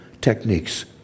techniques